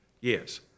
Yes